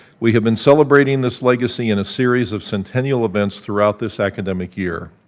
we have been celebrating this legacy in a series of sentential events throughout this academic year.